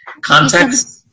context